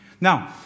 Now